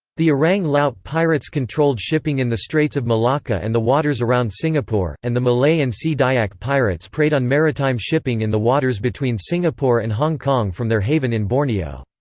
the orang laut pirates controlled shipping in the straits of malacca and the waters around singapore, and the malay malay and sea dayak pirates preyed on maritime shipping in the waters between singapore and hong kong from their haven in borneo.